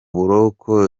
buroko